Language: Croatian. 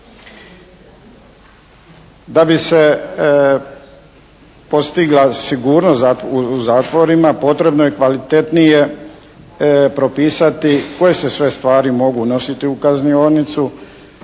Da bi se postigla sigurnost u zatvorima potrebno je kvalitetnije propisati koje se sve stvari mogu nositi u kaznionicu.